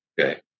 Okay